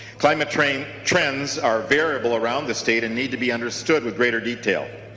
climate trends trends are variable around the state and need to be understood with greater detail.